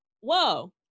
Whoa